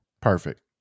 Perfect